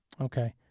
Okay